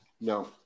No